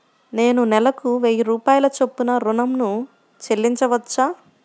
నేను నెలకు వెయ్యి రూపాయల చొప్పున ఋణం ను చెల్లించవచ్చా?